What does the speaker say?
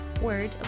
word